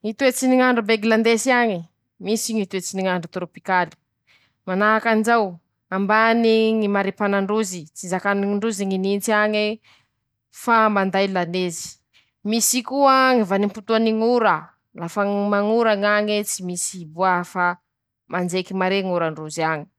Ñy toetsy ny ñ'andro a Bengiladesy añe: Misy Ñy toetsy ny ñ'andro torôpikaly, manahakan'izao, mabany ñy maripàna ndrozy tsy zaka m ñy ndrozy ñy nintsy añe fa manday lanezy, misy koa ñy vanimpotoany ñ'ora, lafa ñ mañ'ora ñañe tsy misy iboha fa manjeky maré ñ'ora ndroz.